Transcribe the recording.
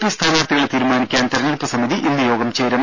P സ്ഥാനാർത്ഥികളെ തീരുമാനിക്കാൻ തിരഞ്ഞെടുപ്പ് സമിതി ഇന്ന് യോഗം ചേരും